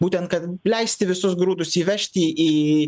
būtent kad leisti visus grūdus įvežti į